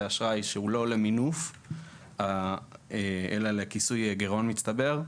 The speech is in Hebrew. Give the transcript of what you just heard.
זה אשראי שהוא לא למינוף אלא לכיסוי גירעון מצטבר,